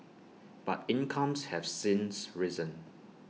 but incomes have since risen